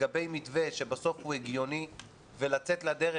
לגבי מתווה שבסוף הוא הגיוני ולצאת לדרך.